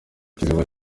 kiziba